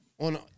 on